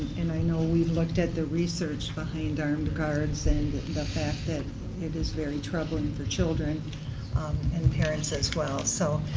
and i know we've looked at the research behind armed guards and the fact that it is very troubling for children and parents as well. so,